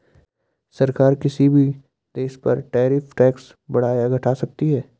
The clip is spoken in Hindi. सरकार किसी भी देश पर टैरिफ टैक्स बढ़ा या घटा सकती है